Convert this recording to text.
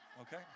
Okay